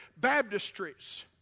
baptistries